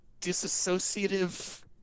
disassociative